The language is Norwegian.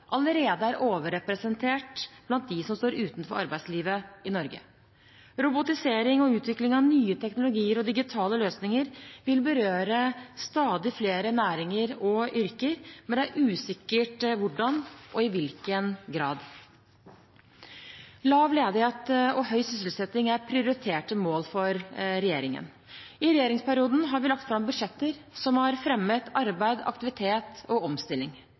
allerede er overrepresentert blant dem som står utenfor arbeidslivet i Norge. Robotisering og utvikling av nye teknologier og digitale løsninger vil berøre stadig flere næringer og yrker, men det er usikkert hvordan og i hvilken grad. Lav ledighet og høy sysselsetting er prioriterte mål for regjeringen. I regjeringsperioden har vi lagt fram budsjetter som har fremmet arbeid, aktivitet og omstilling.